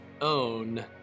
own